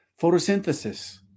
photosynthesis